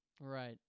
right